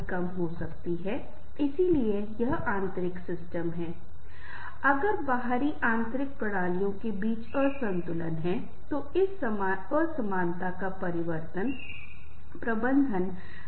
हमने देखा है कि लोग उन लोगों के साथ जाना और बात करना पसंद करेंगे जिनके साथ वे बात करना चाहते हैं